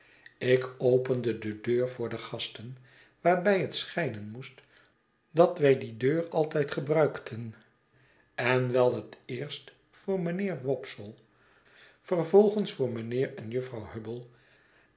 denkt ikopende de deur voor de gasten waarbij het schijnen moest dat wij die deur altijd gebruikten en wel het eerst voor mijnheer wopsle vervolgens voor mijnheer en jufvrouw hubble